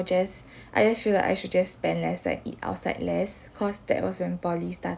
I just I just feel like I should just spend less and eat outside less cause that was when poly started